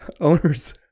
owners